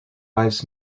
lives